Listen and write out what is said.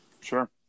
Sure